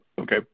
Okay